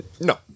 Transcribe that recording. No